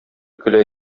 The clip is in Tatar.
көлә